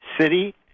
city